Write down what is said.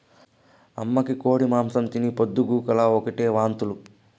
అమ్మకి కోడి మాంసం తిని పొద్దు గూకులు ఓటే వాంతులు